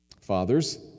Fathers